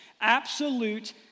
absolute